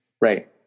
Right